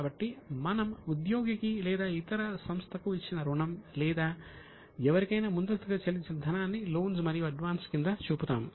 కాబట్టి మనం ఉద్యోగికి లేదా ఇతర సంస్థకు ఇచ్చిన రుణం లేదా ఎవరికైనా ముందస్తుగా చెల్లించిన ధనాన్ని లోన్స్ మరియు అడ్వాన్స్ కింద చూపుతాము